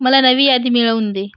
मला नवी यादी मिळवून दे